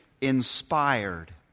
inspired